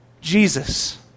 Jesus